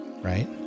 right